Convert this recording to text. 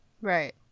Right